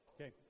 Okay